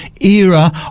era